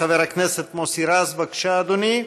חבר הכנסת מוסי רז, בבקשה, אדוני.